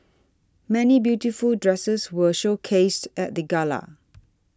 many beautiful dresses were showcased at the gala